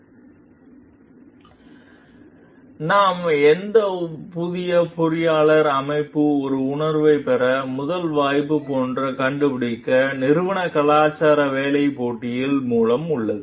பின்னர் நாம் எந்த புதிய பொறியாளர் அமைப்பு ஒரு உணர்வை பெற முதல் வாய்ப்பு போன்ற கண்டுபிடிக்க நிறுவன கலாச்சாரம் வேலை பேட்டியில் மூலம் உள்ளது